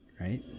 right